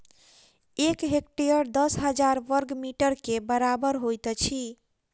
एक हेक्टेयर दस हजार बर्ग मीटर के बराबर होइत अछि